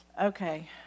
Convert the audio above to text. Okay